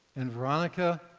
and veronica,